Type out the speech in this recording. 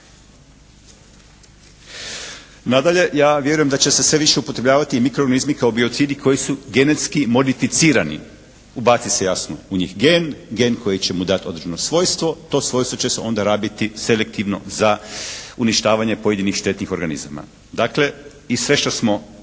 Nadalje, ja vjerujem da će se sve više upotrebljavati mikroorganizmi kao biocidi koji su genetski modificirani. Ubaci se jasno u njih gen, gen koji će mu dati određeno svojstvo. To svojstvo će se onda rabiti selektivno za uništavanje pojedinih štetnih organizama. Dakle i sve što smo